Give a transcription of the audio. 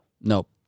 Nope